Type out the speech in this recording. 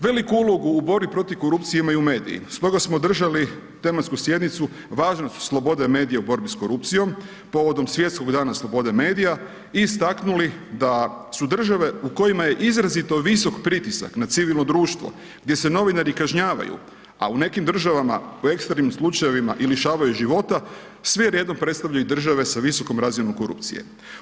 Veliku ulogu u borbi protiv korupcije imaju mediji, stoga smo održali tematsku sjednicu Važnost slobode medija u borbi s korupcijom, povodom svjetskog dana slobode medija i istaknuli da su države u kojima je izrazito visok pritisak na civilno društvo, gdje se novinari kažnjavaju, a u nekim država u ekstremnim slučajevima i lišavaju života, sve redom predstavljaju države sa visokom razinom korupcije.